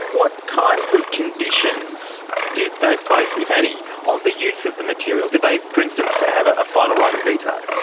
what kinds of conditions did they place, if any, on the use of the material? did they, for instance, have a final right of veto?